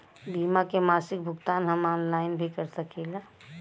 बीमा के मासिक भुगतान हम ऑनलाइन भी कर सकीला?